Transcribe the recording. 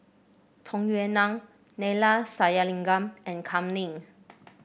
Tung Yue Nang Neila Sathyalingam and Kam Ning